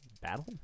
battle